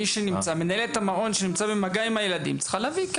מנהלת המעון שנמצאת במגע עם הילדים צריכה להביא.